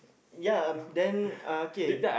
ya then uh okay